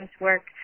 work